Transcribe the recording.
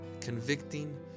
convicting